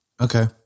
Okay